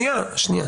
זה ידיעה.